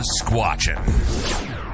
squatching